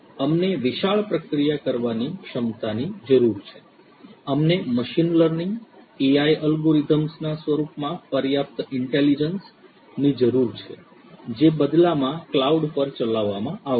અમને વિશાળ પ્રક્રિયા કરવાની ક્ષમતાની જરૂર છે અમને મશીન લર્નિંગ AI એલ્ગોરિધમ્સના સ્વરૂપમાં પર્યાપ્ત ઈન્ટેલીજન્સ ની જરૂર છે જે બદલામાં કલાઉડ પર ચલાવવામાં આવશે